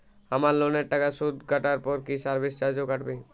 আমার লোনের টাকার সুদ কাটারপর কি সার্ভিস চার্জও কাটবে?